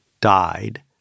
died